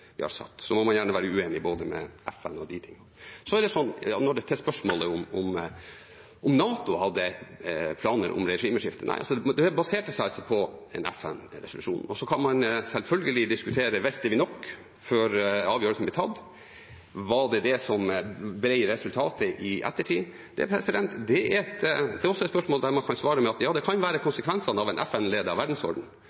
vi har satt. Man må gjerne være uenig både med FN og andre i de tingene. Til spørsmålet om NATO hadde planer om regimeskifte: Nei, det baserte seg på en FN-resolusjon. Man kan selvfølgelig diskutere om vi visste nok før avgjørelsen ble tatt, og om det var det som ble resultatet i ettertid. Det er også et spørsmål der man kan svare med at ja, det kan være